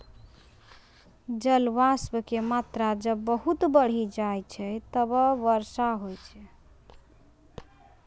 जलवाष्प के मात्रा जब बहुत बढ़ी जाय छै तब वर्षा होय छै